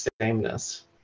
sameness